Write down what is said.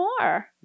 more